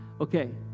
Okay